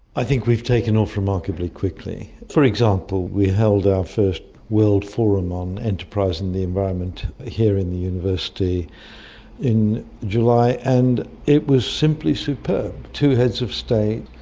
i think we've taken off remarkably quickly. for example, we held our first world forum on enterprise and the environment here in the university in july and it was simply superb. two heads of state,